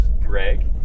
Greg